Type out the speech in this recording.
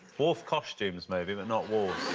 wolf costumes, maybe, but not wolves.